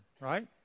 right